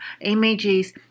images